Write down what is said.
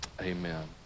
amen